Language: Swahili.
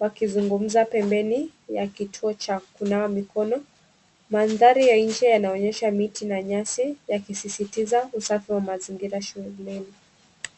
wakizungumza pembeni ya kituo cha kunawa mikono mandhari ya nje yanaonyesha miti na nyasi yakisisitiza usafi wa mazingira shuleni.